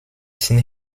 sind